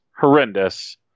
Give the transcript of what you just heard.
horrendous